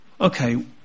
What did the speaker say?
okay